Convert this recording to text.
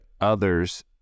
others